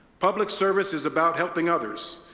public service is about helping others,